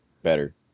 Better